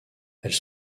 elles